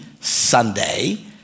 Sunday